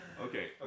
Okay